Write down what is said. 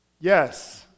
Yes